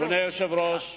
סליחה,